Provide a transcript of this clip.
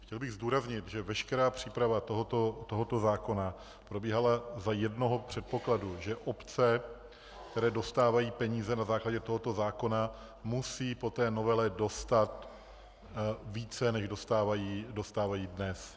Chtěl bych zdůraznit, že veškerá příprava tohoto zákona probíhala za jednoho předpokladu, že obce, které dostávají peníze na základě tohoto zákona, musí po té novele dostat více, než dostávají dnes.